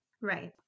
Right